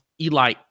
Eli